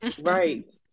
Right